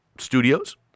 studios